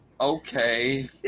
okay